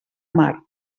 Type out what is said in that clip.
mar